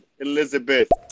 Elizabeth